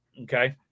Okay